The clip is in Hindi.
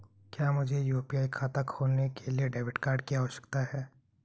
क्या मुझे यू.पी.आई खाता खोलने के लिए डेबिट कार्ड की आवश्यकता है?